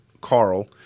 Carl